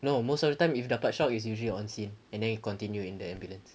no most of the time if dapat shock it's usually on scene and then it continue in the ambulance